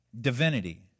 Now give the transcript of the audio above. divinity